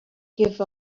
give